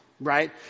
Right